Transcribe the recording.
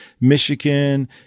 Michigan